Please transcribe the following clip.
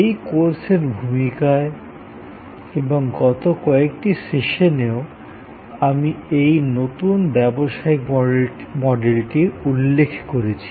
এই কোর্সের ভূমিকায় এবং গত কয়েকটি সেশনেও আমি এই নতুন ব্যবসায়িক মডেলটির উল্লেখ করেছি